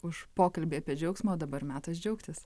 už pokalbį apie džiaugsmą o dabar metas džiaugtis